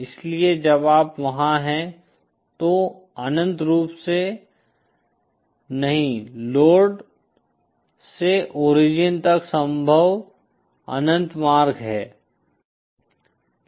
इसलिए जब आप वहाँ हैं तो अनन्त रूप से नहीं लोड से ओरिजिन तक संभव अनंत मार्ग हैं